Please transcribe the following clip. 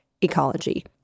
ecology